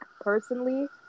personally